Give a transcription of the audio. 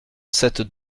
sept